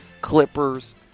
Clippers